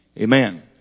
Amen